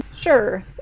Sure